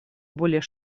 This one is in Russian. более